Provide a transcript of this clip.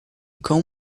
cão